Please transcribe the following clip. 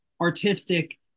artistic